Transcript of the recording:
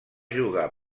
jugar